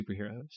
superheroes